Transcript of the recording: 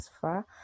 far